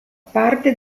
parte